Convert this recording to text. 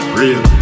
real